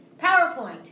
PowerPoint